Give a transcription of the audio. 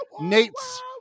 Nate's